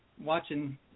watching